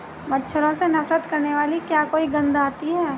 मच्छरों से नफरत करने वाली क्या कोई गंध आती है?